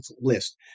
list